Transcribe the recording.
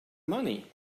money